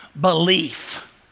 belief